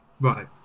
Right